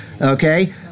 okay